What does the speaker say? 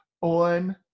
on